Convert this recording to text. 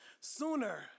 Sooner